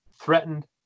threatened